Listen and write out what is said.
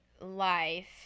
life